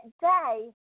day